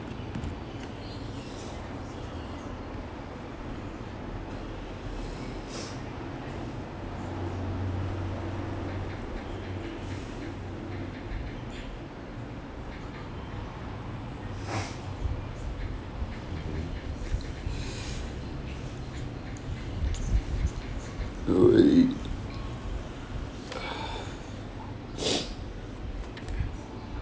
do already